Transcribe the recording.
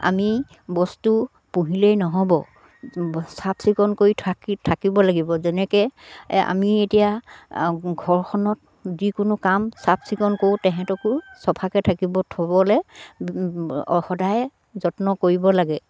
আমি বস্তু পুহিলেই নহ'ব চাফ চিকুণ কৰি থাকি থাকিব লাগিব যেনেকে আমি এতিয়া ঘৰখনত যিকোনো কাম চাফ চিকুণ কৰোঁ তেহেঁতকো চফাকে থাকিব থ'বলে সদায়ে যত্ন কৰিব লাগে